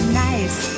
nice